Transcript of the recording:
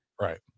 right